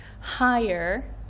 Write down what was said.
higher